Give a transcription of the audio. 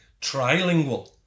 trilingual